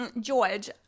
George